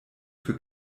für